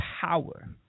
power